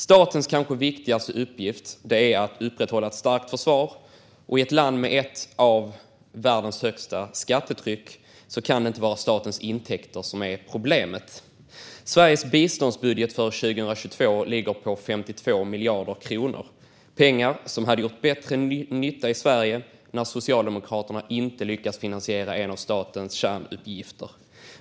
Statens kanske viktigaste uppgift är att upprätthålla ett starkt försvar, och i ett land med ett av världens högsta skattetryck kan det inte vara statens intäkter som är problemet. Sveriges biståndsbudget för 2022 ligger på 52 miljarder kronor. Det är pengar som hade gjort bättre nytta i Sverige när Socialdemokraterna inte lyckas finansiera en av statens kärnuppgifter.